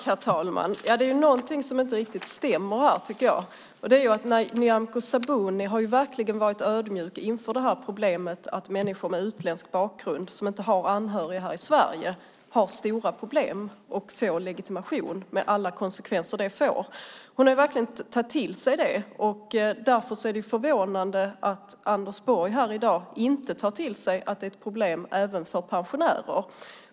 Herr talman! Det är någonting som inte riktigt stämmer här. Nyamko Sabuni har verkligen varit ödmjuk inför problemet att människor med utländsk bakgrund som inte har anhöriga här i Sverige har stora problem att få legitimation, med alla de konsekvenser det får. Hon har verkligen tagit det till sig. Det är därför förvånande att Anders Borg här i dag inte tar till sig att det är ett problem även för pensionärer.